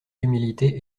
d’humilité